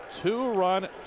two-run